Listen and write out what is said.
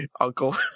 Uncle